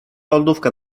lodówka